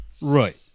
Right